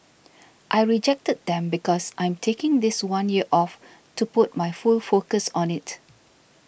I rejected them because I'm taking this one year off to put my full focus on it